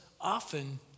often